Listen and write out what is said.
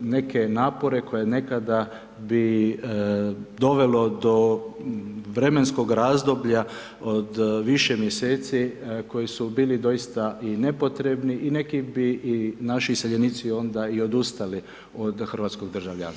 neke napore koje nekada bi dovelo do vremenskog razdoblja od više mjeseci koji su bili doista i nepotrebni i neki bi i naši iseljenici onda i odustali od hrvatskog državljanstva.